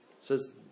says